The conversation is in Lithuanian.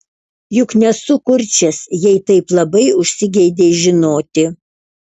juk nesu kurčias jei taip labai užsigeidei žinoti